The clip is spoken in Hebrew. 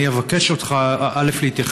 אני אבקש ממך להתייחס,